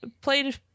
played